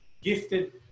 gifted